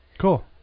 Cool